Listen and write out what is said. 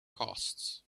costs